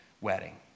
wedding